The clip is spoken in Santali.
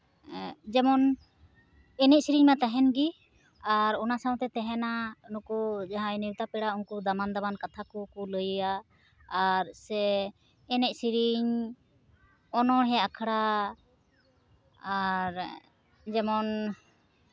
ᱮᱱᱮᱡ ᱥᱮᱨᱮᱧ ᱢᱟ ᱛᱟᱦᱮᱱ ᱜᱮ ᱟᱨ ᱚᱱᱟ ᱥᱟᱶᱛᱮ ᱛᱟᱦᱮᱱᱟ ᱱᱩᱠᱩ ᱡᱟᱦᱟᱸᱭ ᱱᱮᱶᱛᱟ ᱯᱮᱲᱟ ᱩᱱᱠᱩ ᱫᱟᱢᱟᱱ ᱫᱟᱢᱟᱱ ᱠᱟᱛᱷᱟ ᱠᱚᱠᱚ ᱞᱟᱹᱭᱟ ᱟᱨ ᱥᱮ ᱮᱱᱮᱡ ᱥᱮᱨᱮᱧ ᱚᱱᱚᱬᱦᱮ ᱟᱠᱷᱲᱟ ᱟᱨ ᱡᱮᱢᱚᱱ